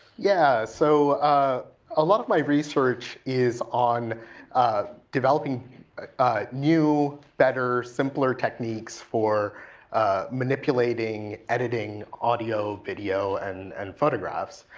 yeah, so a lot of my research is on developing new, better simpler techniques for manipulating, editing audio, video and and photographs.